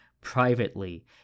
privately